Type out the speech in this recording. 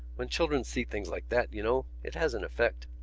when children see things like that, you know, it has an effect.